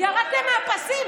ירדתם מהפסים?